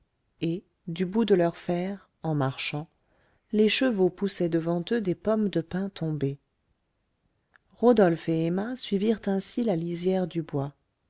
et du bout de leurs fers en marchant les chevaux poussaient devant eux des pommes de pin tombées rodolphe et emma suivirent ainsi la lisière du bois